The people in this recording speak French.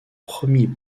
premiers